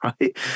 right